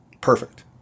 perfect